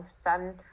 sun